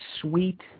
sweet